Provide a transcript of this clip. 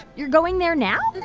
you're going there now?